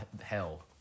hell